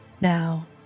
Now